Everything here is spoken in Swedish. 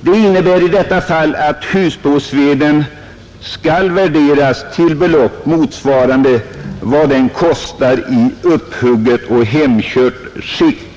Det innebär i detta fall att husbehovsveden skall värderas till ett belopp motsvarande vad den kostar i upphugget och hemkört skick.